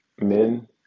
men